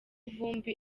vumbi